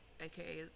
aka